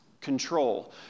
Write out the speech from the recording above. Control